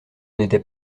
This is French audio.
n’était